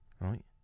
right